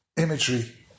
Imagery